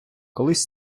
колись